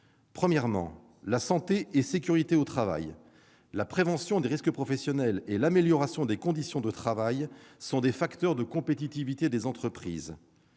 première concerne la santé et la sécurité au travail. La prévention des risques professionnels et l'amélioration des conditions de travail sont des facteurs de compétitivité des entreprises.